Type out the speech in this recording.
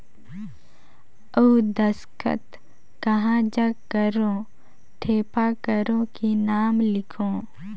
अउ दस्खत कहा जग करो ठेपा करो कि नाम लिखो?